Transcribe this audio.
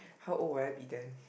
how old will I be then